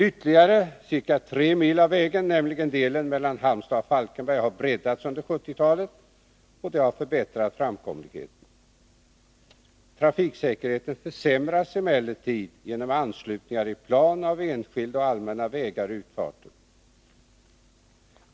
Ytterligare ca 3 mil av E 6, nämligen delen mellan Halmstad och Falkenberg, har breddats under 1970-talet, vilket förbättrat framkomligheten. Trafiksäkerheten försämras emellertid genom anslutningar i plan av enskilda och allmänna vägar och utfarter.